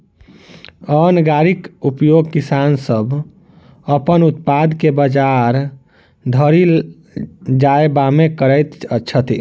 अन्न गाड़ीक उपयोग किसान सभ अपन उत्पाद के बजार धरि ल जायबामे करैत छथि